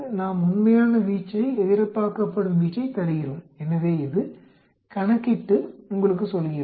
நாம் உண்மையான வீச்சை எதிர்பார்க்கப்படும் வீச்சைத் தருகிறோம் எனவே இது கணக்கிட்டு உங்களுக்குச் சொல்கிறது